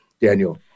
Daniel